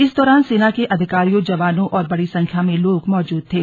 इस दौरान सेना के अधिकारियों जवानों और बड़ी संख्या में लोग मौजूद थे